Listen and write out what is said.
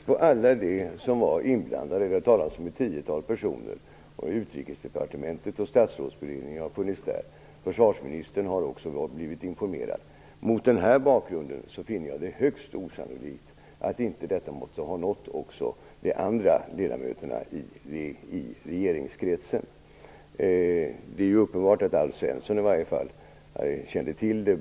Fru talman! Med tanke på alla dem som var inblandade - det har talats om ett tiotal personer inom Utrikesdepartementet och Statsrådsberedningen, och även försvarsministern har blivit informerad - finner jag det högst osannolikt att inte detta måste ha nått också de andra ledamöterna i regeringskretsen. Det är uppenbart att i varje fall Alf Svensson kände till det.